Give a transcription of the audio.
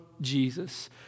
Jesus